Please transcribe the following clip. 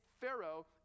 Pharaoh